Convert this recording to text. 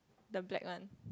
the black one